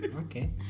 okay